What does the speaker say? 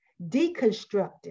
deconstructed